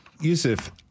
Yusuf